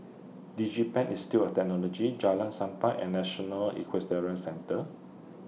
Digipen Institute of Technology Jalan Sappan and National Equestrian Centre